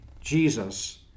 Jesus